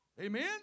Amen